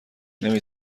نمی